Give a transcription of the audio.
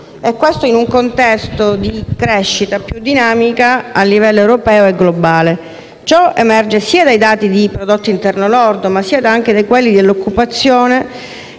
del 2016, in un contesto di crescita più dinamica a livello europeo e globale. Ciò emerge sia dai dati del prodotto interno lordo, sia da quelli di occupazione